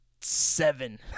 seven